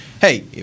hey